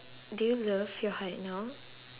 do you love your height now